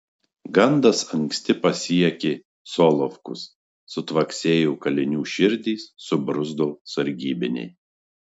gandas anksti pasiekė solovkus sutvaksėjo kalinių širdys subruzdo sargybiniai